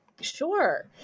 Sure